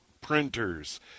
printers